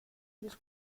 tres